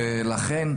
לכן,